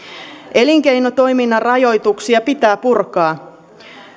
elinkeinotoiminnan rajoituksia pitää purkaa